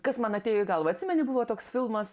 kas man atėjo į galvą atsimeni buvo toks filmas